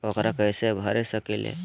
ऊकरा कैसे भर सकीले?